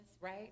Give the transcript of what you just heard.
right